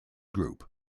group